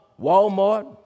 Walmart